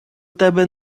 тебе